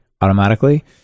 automatically